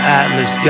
atlas